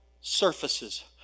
surfaces